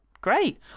Great